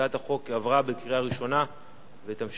הצעת החוק עברה בקריאה ראשונה ותמשיך